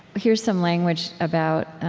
here's some language about